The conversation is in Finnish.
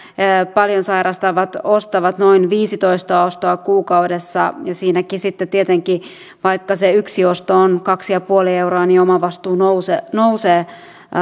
paljon sairastavat ostavat keskimäärin noin viisitoista ostoa kuukaudessa ja siinäkin sitten tietenkin vaikka se yksi osto on kaksi pilkku viisi euroa omavastuu nousee nousee